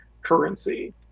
currency